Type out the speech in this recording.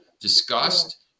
discussed